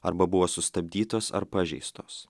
arba buvo sustabdytos ar pažeistos